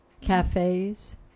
cafes